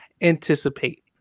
anticipate